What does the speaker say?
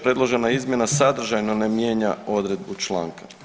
Predložena izmjena sadržajno ne mijenja odredbu članka.